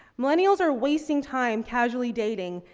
millennials are wasting time casually dating,